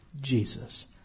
Jesus